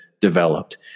developed